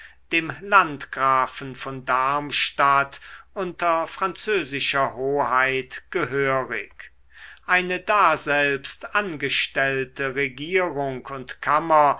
dem landgrafen von darmstadt unter französischer hoheit gehörig eine daselbst angestellte regierung und kammer